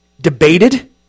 debated